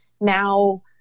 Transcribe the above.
Now